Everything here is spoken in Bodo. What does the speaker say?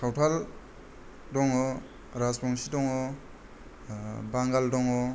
सावथाल दङ' राजबंसि दङ' बांगाल दङ'